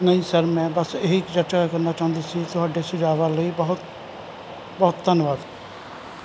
ਨਹੀਂ ਸਰ ਮੈਂ ਬਸ ਇਹੀ ਚਰਚਾ ਕਰਨਾ ਚਾਹੁੰਦੀ ਸੀ ਤੁਹਾਡੇ ਸੁਝਾਵਾਂ ਲਈ ਤੁਹਾਡਾ ਬਹੁਤ ਬਹੁਤ ਧੰਨਵਾਦ